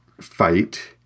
fight